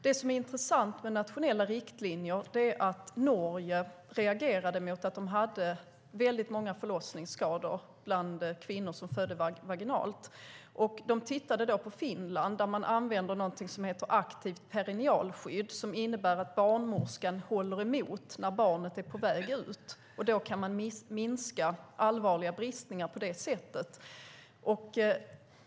Det intressanta med nationella riktlinjer är att man i Norge reagerade mot att de hade många förlossningsskador bland kvinnor som födde vaginalt. De tittade på Finland, där man använder något som heter aktivt perinealskydd. Det innebär att barnmorskan håller emot när barnet är på väg ut. Då kan man minska risken för allvarliga brister.